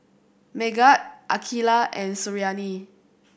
Megat Aqilah and Suriani